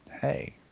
Hey